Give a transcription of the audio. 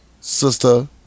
Sister